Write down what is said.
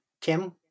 Kim